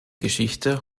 geschichte